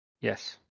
Yes